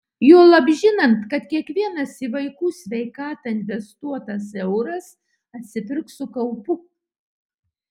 juolab žinant kad kiekvienas į vaikų sveikatą investuotas euras atsipirks su kaupu